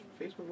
Facebook